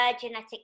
genetic